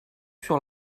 sur